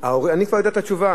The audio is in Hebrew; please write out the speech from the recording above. אני כבר יודע את התשובה.